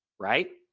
right.